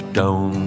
down